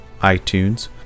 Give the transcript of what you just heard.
iTunes